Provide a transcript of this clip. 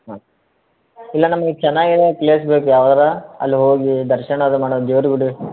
ಹಾಂ ಇಲ್ಲ ನಮಗೆ ಚೆನ್ನಾಗಿರೋ ಪ್ಲೇಸ್ ಬೇಕು ಯಾವ್ದಾರೂ ಅಲ್ಲಿ ಹೋಗಿ ದರ್ಶನಾದ್ರೂ ಮಾಡೋ ದೇವ್ರ ಗುಡಿ